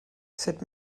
sut